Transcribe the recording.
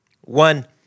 One